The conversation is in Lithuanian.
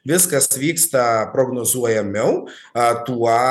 viskas vyksta prognozuojamiau a tuo